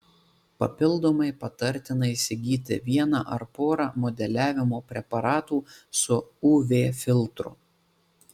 papildomai patartina įsigyti vieną ar porą modeliavimo preparatų su uv filtru